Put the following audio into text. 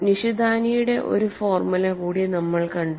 നിഷിതാനിയുടെ ഒരു ഫോർമുല കൂടി നമ്മൾ കണ്ടു